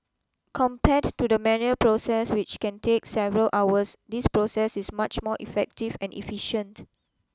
compared to the manual process which can take several hours this process is much more effective and efficient